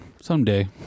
Someday